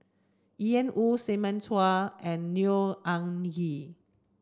Ian Woo Simon Chua and Neo Anngee